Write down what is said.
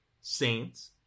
Saints